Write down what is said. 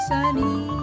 Sunny